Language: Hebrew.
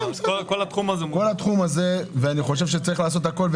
אני חושב שצריך לעשות הכל.